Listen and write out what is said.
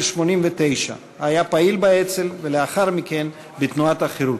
89. היה פעיל באצ"ל ולאחר מכן בתנועת החרות.